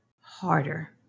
harder